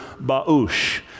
ba'ush